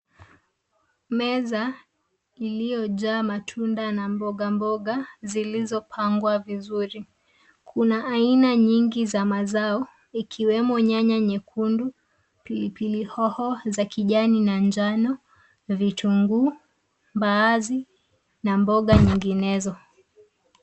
Meza iliyojaa matunda na mboga mboga zilizopangwa vizuri. Kuna aina nyingi za mazao ikiwemo nyanya nyekundu, pilipili hoho za kijani na njano, vitunguu, mbaazi, na mboga nyinginezo.